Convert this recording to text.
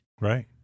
Right